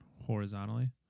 horizontally